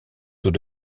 tout